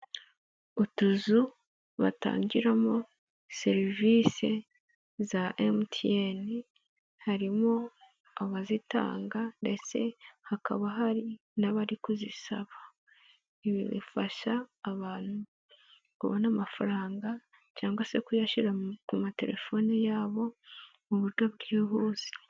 Utuzu batangiramo serivisi za MTN harimo abazitanga ndetse hakaba hari n'abari kuzisaba, ibi bifasha abantu kubona amafaranga cyangwa se kuyashyira ku matelefone yabo mu buryo bwihuse.